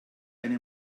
eine